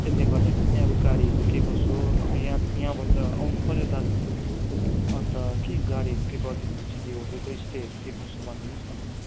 त्यसले गर्दाखेरि नि अब गाडीहरू के कसो हो अब यहाँ यहाँबाट त आउनुपऱ्यो दार्जिलिङ अन्त के गाडीहरू के गरिदिनुहुन्छ कि होटलको स्टेहरू के कसो भनिदिनुहोस् न मलाई